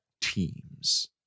Teams